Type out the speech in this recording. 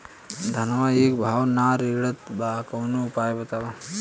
धनवा एक भाव ना रेड़त बा कवनो उपाय बतावा?